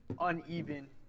uneven